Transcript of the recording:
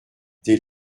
des